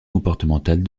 comportementale